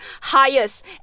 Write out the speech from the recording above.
highest